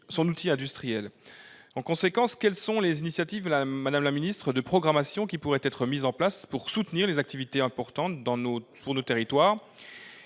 son outil industriel. Madame la secrétaire d'État, quelles initiatives de programmation pourraient être mises en place pour soutenir des activités importantes pour nos territoires ?